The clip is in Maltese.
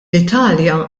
italja